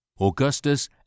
Augustus